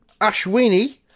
Ashwini